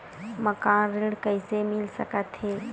मकान ऋण कइसे मिल सकथे?